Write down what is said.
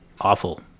awful